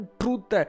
truth